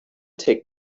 take